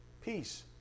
peace